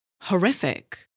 horrific